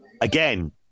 again